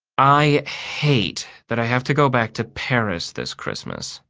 i hate that i have to go back to paris this christmas.